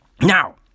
now